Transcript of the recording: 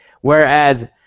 Whereas